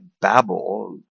Babel